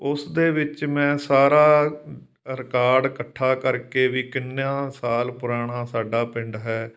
ਉਸ ਦੇ ਵਿੱਚ ਮੈਂ ਸਾਰਾ ਰਿਕਾਡ ਇਕੱਠਾ ਕਰਕੇ ਵੀ ਕਿੰਨਾ ਸਾਲ ਪੁਰਾਣਾ ਸਾਡਾ ਪਿੰਡ ਹੈ